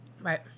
Right